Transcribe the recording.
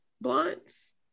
blunts